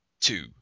two